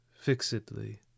fixedly